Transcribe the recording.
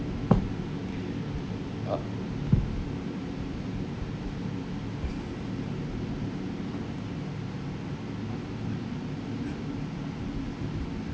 uh